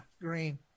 green